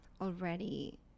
already